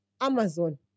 Amazon